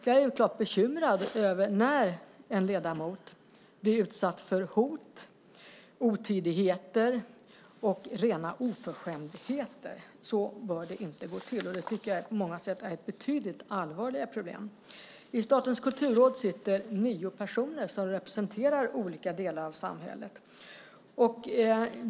Jag är klart bekymrad över att en ledamot blir utsatt för hot, otidigheter och rena oförskämdheter. Så bör det inte gå till, och det tycker jag på många sätt är ett betydligt allvarligare problem. I Statens kulturråd sitter nio personer som representerar olika delar av samhället.